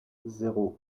zéro